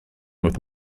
with